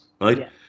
Right